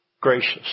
gracious